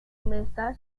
mesa